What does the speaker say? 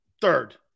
third